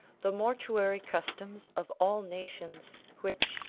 the mortuary customs of all nations, which,